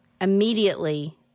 immediately